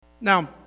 Now